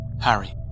Harry